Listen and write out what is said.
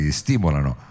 stimolano